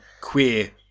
queer